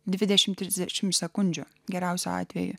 dvidešim trisdešim sekundžių geriausiu atveju